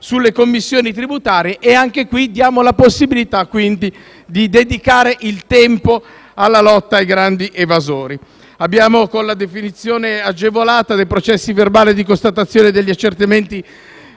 sulle commissioni tributarie; anche qui diamo quindi la possibilità di dedicare tempo alla lotta ai grandi evasori. Con la definizione agevolata del processo verbale di constatazione degli accertamenti,